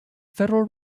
federal